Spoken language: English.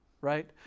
right